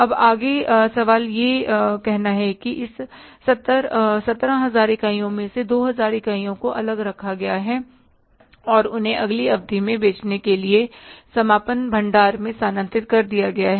अब आगे सवाल यह कहता है कि इस 17000 इकाइयों में से 2000 इकाइयों को अलग रखा गया है और उन्हें अगली अवधि में बेचने के लिए समापन भंडार में स्थानांतरित कर दिया गया है